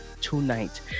tonight